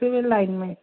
civil line में